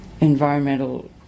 environmental